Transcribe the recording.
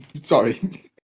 Sorry